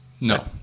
no